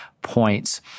points